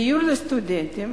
דיור לסטודנטים,